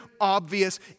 obvious